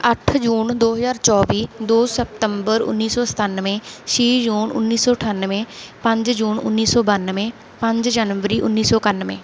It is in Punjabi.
ਅੱਠ ਜੂਨ ਦੋ ਹਜ਼ਾਰ ਚੌਵੀ ਦੋ ਸਪਤੰਬਰ ਉੱਨੀ ਸੌ ਸਤਾਨਵੇਂ ਛੇ ਜੂਨ ਉੱਨੀ ਸੌ ਅਠਾਨਵੇਂ ਪੰਜ ਜੂਨ ਉੱਨੀ ਸੌ ਬਾਨਵੇਂ ਪੰਜ ਜਨਵਰੀ ਉੱਨੀ ਸੌ ਇਕਾਨਵੇਂ